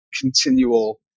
continual